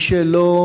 מי שלא